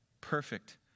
perfect